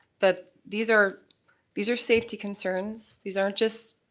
that these are these are safety concerns. these aren't just,